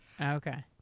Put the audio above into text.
okay